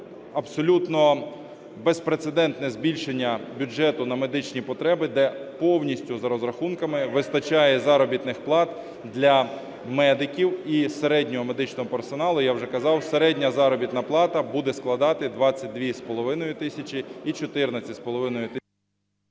абсолютно безпрецедентне збільшення бюджету на медичні потреби, де повністю за розрахунками вистачає заробітних плат для медиків і середнього медичного персоналу. Я вже казав, середня заробітна плата буде складати 22,5 тисячі і 14,5...